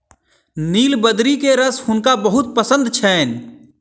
नीलबदरी के रस हुनका बहुत पसंद छैन